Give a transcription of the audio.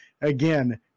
Again